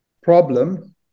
problem